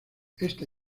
esta